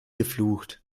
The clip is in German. geflucht